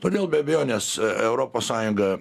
todėl be abejonės europos sąjunga